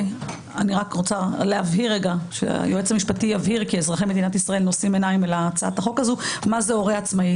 אני רק רוצה שהיועץ המשפטי יבהיר מה זה הורה עצמאי